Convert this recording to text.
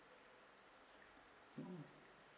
mm